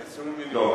על 20 מיליון, לא.